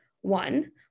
One